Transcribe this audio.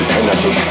energy